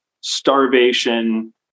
starvation